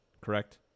correct